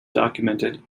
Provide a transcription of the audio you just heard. documented